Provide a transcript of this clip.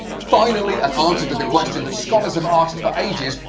finally an answer to the question that scholars have asked for ages,